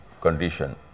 condition